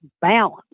balance